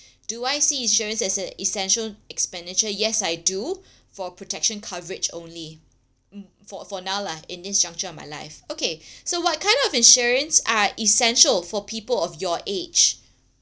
do I see insurance as a essential expenditure yes I do for protection coverage only for for now lah in this juncture of my life okay so what kind of insurance are essential for people of your age